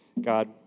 God